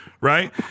Right